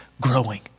growing